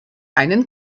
einen